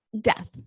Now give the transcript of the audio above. death